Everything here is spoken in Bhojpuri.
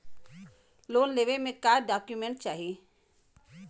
लोन लेवे मे का डॉक्यूमेंट चाही?